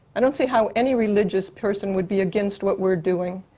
i don't see how any religious person would be against what we're doing.